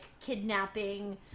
kidnapping